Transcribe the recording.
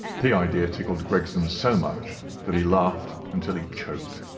the idea tickled gregson so much that he laughed until he choked.